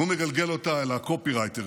והוא מגלגל אותה אל הקופירייטרית,